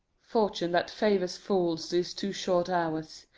fortune, that favours fools, these two short hours,